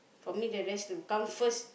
for me the rest will come first